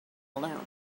alone